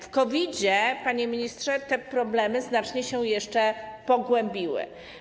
W COVID-zie, panie ministrze, te problemy znacznie się jeszcze pogłębiły.